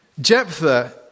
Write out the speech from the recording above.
Jephthah